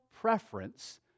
preference